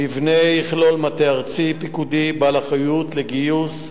המבנה יכלול מטה ארצי פיקודי בעל אחריות לגיוס,